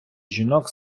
жінок